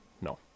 No